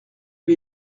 lui